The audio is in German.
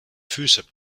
füße